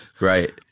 Right